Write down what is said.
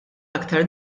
aktar